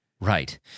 right